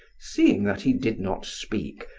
seeing that he did not speak,